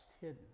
hidden